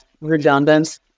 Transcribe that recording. redundant